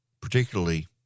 particularly